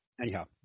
anyhow